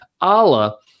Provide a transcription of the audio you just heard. Allah